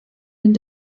den